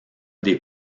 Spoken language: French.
des